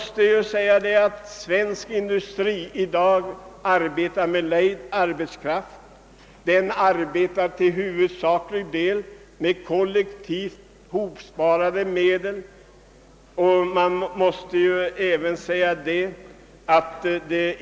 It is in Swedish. Svensk industri arbetar till huvudsaklig del med lejd arbetskraft och kollektivt hopsparade medel.